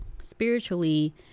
spiritually